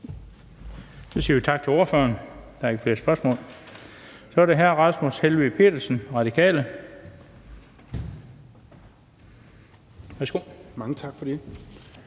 Så siger vi tak til ordføreren. Der er ikke flere spørgsmål. Så er det hr. Rasmus Helveg Petersen, Radikale. Værsgo. Kl.